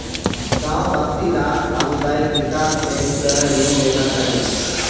गांव वासि लाक सामुदायिक विकास बैंक स ऋण लेना चाहिए